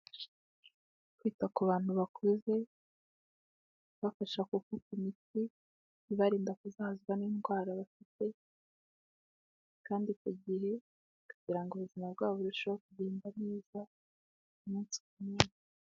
Kwita ku bantu bakuze, ubafasha gufata imiti, ibarinda kuzahazwa n'indwara bafite, kandi ku gihe, kugira ngo ubuzima bwabo burusheho kugenda neza umunsi ku munsi.